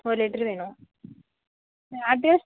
ஒரு லிட்ரு வேணும் அட்ரஸ்